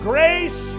Grace